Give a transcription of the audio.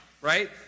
right